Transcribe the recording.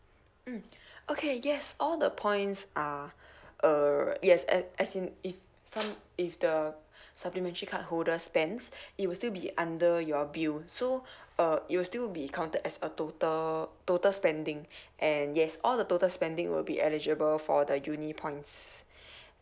mm okay yes all the points are err yes as as in if some if the supplementary card holder spends it will still be under your bill so uh it will still be counted as a total total spending and yes all the total spending will be eligible for the uni points